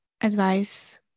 advice